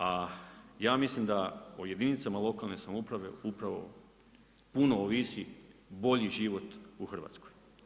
A ja mislim da o jedinicama lokalne samouprave upravo puno ovisi bolji život u Hrvatskoj.